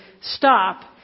stop